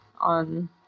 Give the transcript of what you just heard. on